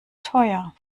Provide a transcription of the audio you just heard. teuer